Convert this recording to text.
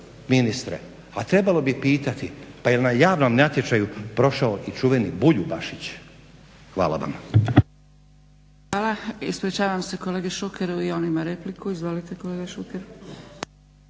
ministre, pa trebalo bi pitati pa jel na javnom natječaju prošao i čuveni Buljbašić. Hvala vam. **Zgrebec, Dragica (SDP)** Hvala. Ispričavam se kolegi Šukeru i on ima repliku. Izvolite kolega Šuker.